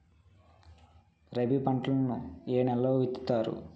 రబీ పంటలను ఏ నెలలో విత్తుతారు?